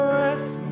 rest